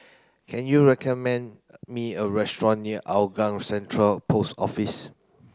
can you recommend me a restaurant near Hougang Central Post Office